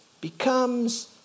becomes